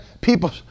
people